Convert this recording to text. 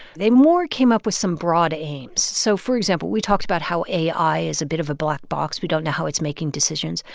they more came up with some broad aims. so for example, we talked about how ai is a bit of a black box. we don't know how it's making decisions.